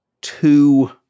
two